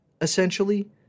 essentially